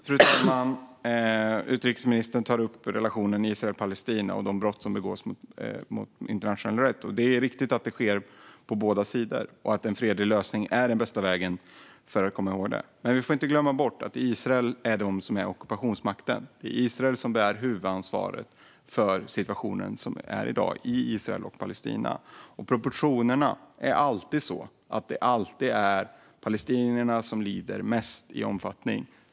Fru talman! Utrikesministern tar upp relationen mellan Israel och Palestina och de brott som begås mot internationell rätt. Det är riktigt att det sker på båda sidor och att en fredlig lösning är den bästa vägen för att komma åt detta. Men vi får inte glömma bort att Israel är den som är ockupationsmakten. Det är Israel som bär huvudansvaret för den situation som råder i dag i Israel och Palestina. Proportionerna är alltid sådana att det är palestinierna som lider mest i omfattning.